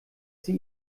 sie